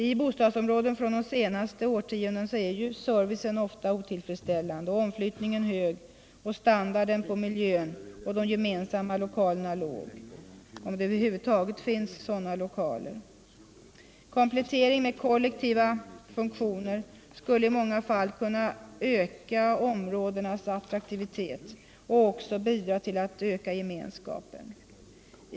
I bostadsområden från de senaste årtiondena är servicen ofta otillfredsställande, omflyttningen hög och standarden på miljön och de gemensamma lokalerna låg, om sådana över huvud taget finns. Komplettering med kollektiva funktioner skulle i många fall kunna öka områdenas attraktivitet och också bidra till att öka gemenskapen.